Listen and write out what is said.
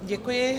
Děkuji.